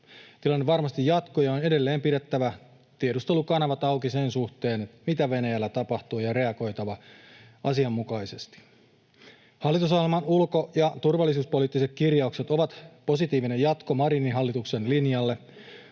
Tilanne varmasti jatkuu, ja on edelleen pidettävä tiedustelukanavat auki sen suhteen, mitä Venäjällä tapahtuu, ja reagoitava asianmukaisesti. Hallitusohjelman ulko- ja turvallisuuspoliittiset kirjaukset ovat positiivinen jatko Marinin hallituksen linjalle.